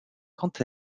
quant